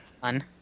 fun